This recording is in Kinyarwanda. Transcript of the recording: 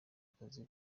akazi